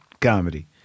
comedy